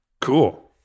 cool